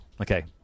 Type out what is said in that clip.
Okay